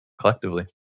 collectively